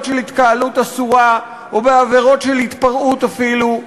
של התקהלות אסורה ובעבירות של התפרעות אפילו,